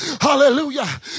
hallelujah